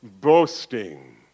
boasting